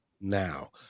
now